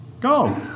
go